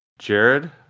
Jared